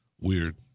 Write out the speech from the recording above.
Weird